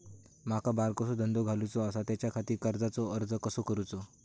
माका बारकोसो धंदो घालुचो आसा त्याच्याखाती कर्जाचो अर्ज कसो करूचो?